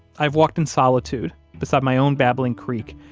i've walked in solitude, beside my own babbling creek,